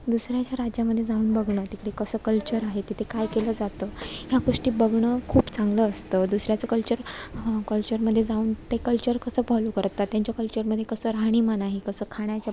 दुसऱ्याच्या राज्यामध्ये जाऊन बघणं तिकडे कसं कल्चर आहे तिथे काय केलं जातं ह्या गोष्टी बघणं खूप चांगलं असतं दुसऱ्याचं कल्चर कल्चरमध्ये जाऊन ते कल्चर कसं फॉलो करतात त्यांच्या कल्चरमध्ये कसं राहणीमान आहे कसं खाण्याच्या